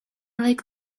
like